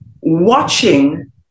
watching